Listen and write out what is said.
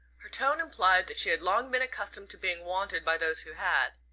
her tone implied that she had long been accustomed to being wanted by those who had.